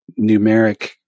numeric